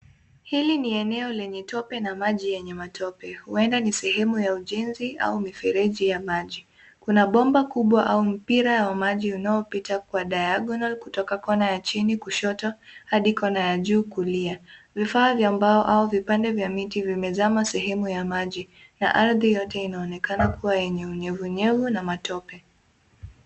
Hili ni eneo lenye tope na maji yenye matope, huenda ni sehemu ya ujenzi au mifereji ya maji. Kuna bomba kubwa au mpira wa maji unaopita kwa diagonal kutoka kona ya chini kushoto hadi kona ya juu kulia. Vifaa vya mbao au vipande vya miti vimezama sehemu ya maji na ardhi yote inaonekana kuwa yenye unyevunyevu na matope.